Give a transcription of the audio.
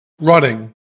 running